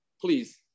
Please